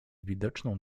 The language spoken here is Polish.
widoczną